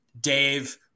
Dave